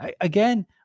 Again